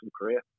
career